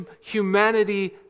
humanity